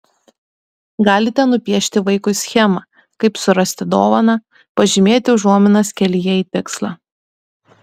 galite nupiešti vaikui schemą kaip surasti dovaną pažymėti užuominas kelyje į tikslą